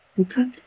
Okay